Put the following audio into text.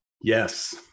Yes